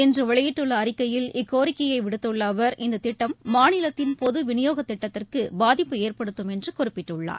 இன்று வெளியிட்டுள்ள அறிக்கையில் இக்கோரிக்கையை விடுத்துள்ள அவர் இந்த திட்டம் மாநிலத்தின் பொதுவினியோக திட்டத்திற்கு பாதிப்பு ஏற்படுத்தும் என்று குறிப்பிட்டுள்ளார்